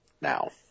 now